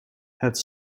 het